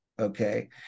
Okay